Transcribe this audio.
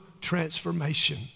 transformation